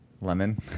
Lemon